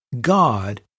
God